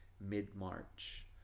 mid-March